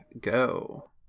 go